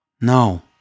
No